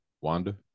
Wanda